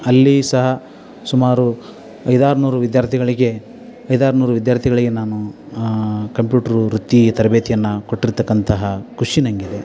ಅಲ್ಲಿ ಸಹ ಸುಮಾರು ಐದು ಆರುನೂರು ವಿದ್ಯಾರ್ಥಿಗಳಿಗೆ ಐದು ಆರುನೂರು ವಿದ್ಯಾರ್ಥಿಗಳಿಗೆ ನಾನು ಕಂಪ್ಯೂಟ್ರು ವೃತ್ತಿ ತರಬೇತಿಯನ್ನು ಕೊಟ್ಟಿರತಕ್ಕಂತಹ ಖುಷಿ ನನಗಿದೆ